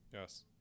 Yes